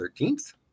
13th